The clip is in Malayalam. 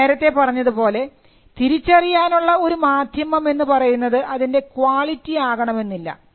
ഞാൻ നേരത്തെ പറഞ്ഞതുപോലെ തിരിച്ചറിയാനുള്ള ഒരു മാധ്യമം എന്ന് പറയുന്നത് അതിൻറെ ക്വാളിറ്റി ആകണമെന്നില്ല